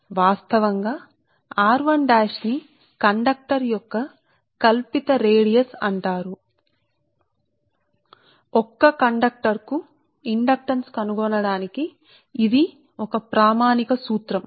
కాబట్టి ఈ r1వాస్తవానికి కండక్టర్ యొక్క కల్పిత వ్యాసార్థం అని పిలుస్తారుసరే అంటే ఇండక్టెన్స్ ను తెలుసుకోవడానికి ఇది ఒక ప్రామాణిక సూత్రం